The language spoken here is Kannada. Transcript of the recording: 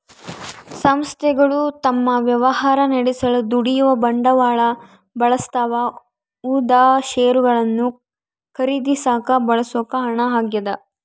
ಸಂಸ್ಥೆಗಳು ತಮ್ಮ ವ್ಯವಹಾರ ನಡೆಸಲು ದುಡಿಯುವ ಬಂಡವಾಳ ಬಳಸ್ತವ ಉದಾ ಷೇರುಗಳನ್ನು ಖರೀದಿಸಾಕ ಬಳಸೋ ಹಣ ಆಗ್ಯದ